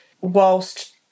whilst